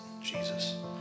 Jesus